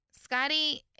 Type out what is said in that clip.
Scotty